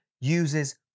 uses